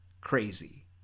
crazy